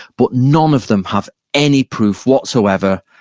but none of them have any proof whatsoever.